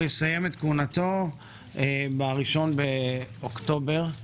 הוא יסיים את כהונתו ב-1 באוקטובר.